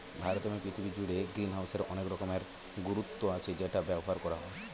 ভারতে এবং পৃথিবী জুড়ে গ্রিনহাউসের অনেক রকমের গুরুত্ব আছে যেটা ব্যবহার করা হয়